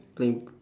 playing